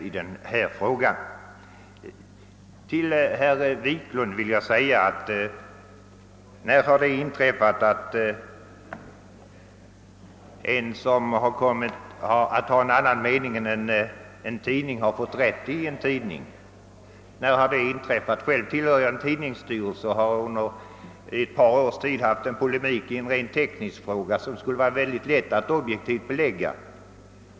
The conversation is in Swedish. Till herr Wiklund i Härnösand: vill jag säga: När har det inträffat att någon som har haft en annan mening än en tidning har fått rättelse i tidningen? Jag tillhör själv en tidningsstyrelse och har under ett par års tid haft en polemik i en rent teknisk fråga, som det skulle vara mycket lätt att objekiivt belägga.